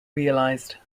realised